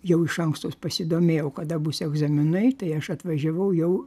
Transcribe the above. jau iš anksto pasidomėjau kada bus egzaminai tai aš atvažiavau jau